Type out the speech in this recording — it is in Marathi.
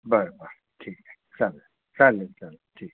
बर बर ठीक आहे चालेल चालेल चालेल ठीक आहे ठीक ठीक हा